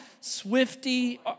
Swifty